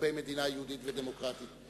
לגבי מדינה יהודית ודמוקרטית.